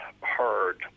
heard